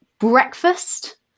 breakfast